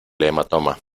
hematoma